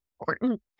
important